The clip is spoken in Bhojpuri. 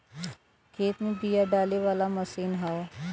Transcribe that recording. खेत में बिया डाले वाला मशीन हौ